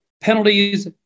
penalties